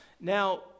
Now